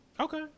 Okay